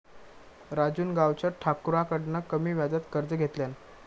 राजून गावच्या ठाकुराकडना कमी व्याजात कर्ज घेतल्यान